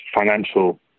financial